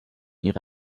ihre